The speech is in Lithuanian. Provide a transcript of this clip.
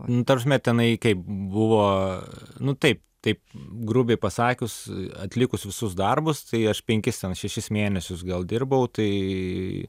nu ta prasme tenai kaip buvo nu taip taip grubiai pasakius atlikus visus darbus tai aš penkis šešis mėnesius gal dirbau tai